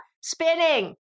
Spinning